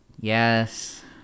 Yes